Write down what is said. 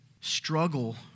struggle